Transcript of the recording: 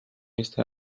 este